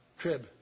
trib